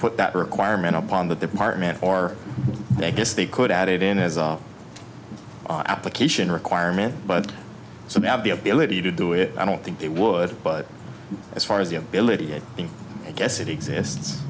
put that requirement up on the department or i guess they could add it in his application requirement but some have the ability to do it i don't think it would but as far as the ability it i guess it exists